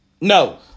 No